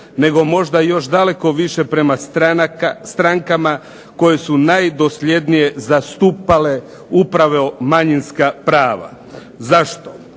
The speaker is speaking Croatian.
nego možda i još daleko više, prema strankama koje su najdosljednije zastupale upravo manjinska prava. Zašto?